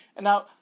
now